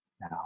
now